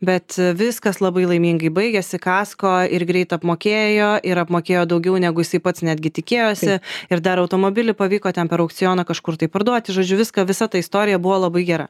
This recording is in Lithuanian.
bet viskas labai laimingai baigėsi kasko ir greit apmokėjo ir apmokėjo daugiau negu jisai pats netgi tikėjosi ir dar automobilį pavyko ten per aukcioną kažkur tai parduoti žodžiu viską visa ta istorija buvo labai gera